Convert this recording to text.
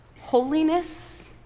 holiness